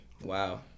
Wow